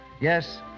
Yes